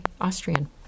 Austrian